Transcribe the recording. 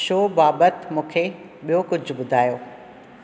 show बाबति मूंखे ॿियो कुझु ॿुधायो